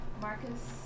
Marcus